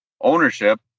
ownership